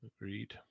Agreed